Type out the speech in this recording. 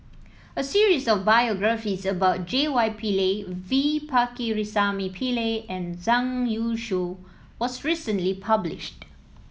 a series of biographies about J Y Pillay V Pakirisamy Pillai and Zhang Youshuo was recently published